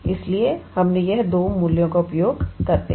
इसलिए हमने इन दो मूल्यों का उपयोग किया है